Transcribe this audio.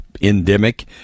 endemic